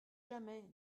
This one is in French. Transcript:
jamais